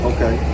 Okay